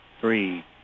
three